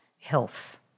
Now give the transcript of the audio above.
health